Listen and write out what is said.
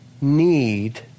need